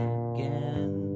again